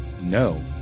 No